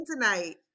tonight